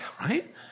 right